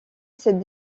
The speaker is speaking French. cette